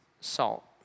salt